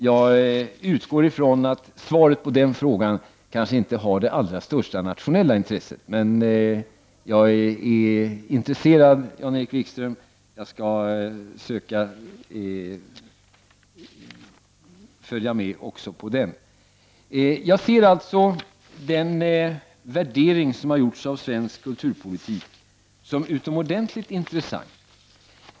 Jag utgår ifrån att svaret inte har det allra största nationella intresse, men jag är intresserad, Jan-Erik Wikström, och jag skall söka följa med också på detta. Jag ser alltså den värdering som gjorts av svensk kulturpolitik som utomordentligt intressant.